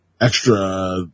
extra